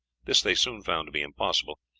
this they soon found to be impossible,